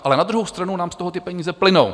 Ale na druhou stranu nám z toho ty peníze plynou.